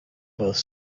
both